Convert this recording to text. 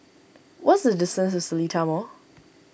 what is the distance to Seletar Mall